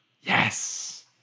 Yes